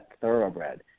thoroughbred